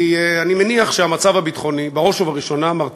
כי אני מניח שבראש ובראשונה המצב הביטחוני